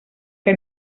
que